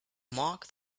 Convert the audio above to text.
mark